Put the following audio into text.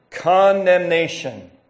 Condemnation